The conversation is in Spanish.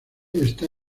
está